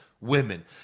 women